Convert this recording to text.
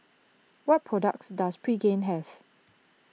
what products does Pregain have